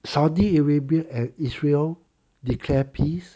saudi arabia and israel declare peace